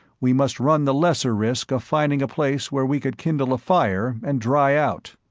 we must run the lesser risk of finding a place where we could kindle a fire and dry out.